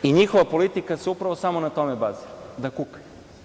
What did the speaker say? Njihova politika se upravo samo na tome bazira – da kukaju.